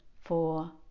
four